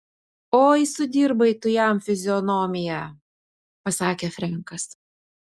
oi sudirbai tu jam fizionomiją pasakė frenkas